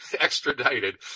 extradited